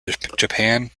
japan